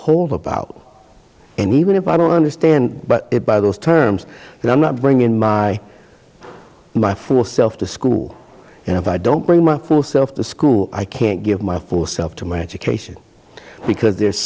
whole about and even if i don't understand but by those terms and i'm not bringing my my for self to school and if i don't bring my self to school i can't give my full self to my education because there's